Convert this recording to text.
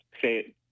say